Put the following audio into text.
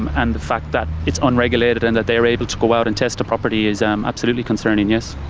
and and the fact that it's unregulated and that they're able to go out and test a property is um absolutely concerning, yes.